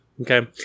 okay